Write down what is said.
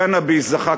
הקנאביס זכה,